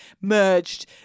merged